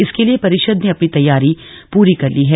इसके लिए परिषद ने अपनी तैयारी पूरी कर ली है